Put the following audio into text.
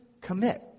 commit